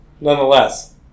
nonetheless